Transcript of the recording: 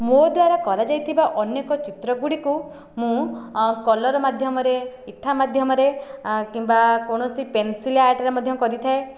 ମୋ ଦ୍ୱାରା କରାଯାଇଥିବା ଅନେକ ଚିତ୍ରଗୁଡ଼ିକୁ ମୁଁ କଲର୍ ମାଧ୍ୟମରେ ଇଠା ମାଧ୍ୟମରେ କିମ୍ବା କୋଣସି ପେନସିଲ ଆର୍ଟରେ ମଧ୍ୟ କରିଥାଏ